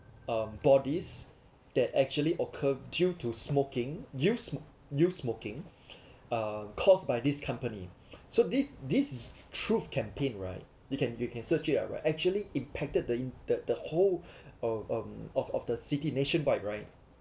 um bodies that actually occur due to smoking use use smoking are caused by this company so this this truth campaign right you can you can search it out right actually impacted the in the whole of um of of the city nationwide right